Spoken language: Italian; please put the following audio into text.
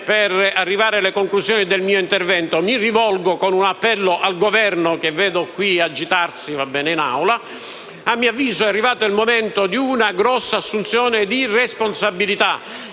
Per arrivare alle conclusioni del mio intervento, mi rivolgo con un appello al Governo che vedo qui agitarsi in Aula: a mio avviso è arrivato il momento di una grande assunzione di responsabilità.